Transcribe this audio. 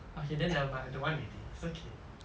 okay then never mind I don't want already it's okay